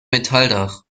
metalldach